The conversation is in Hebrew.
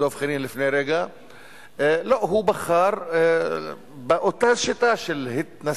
לא רק הסעיפים השונים של החוק הזה,